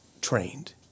trained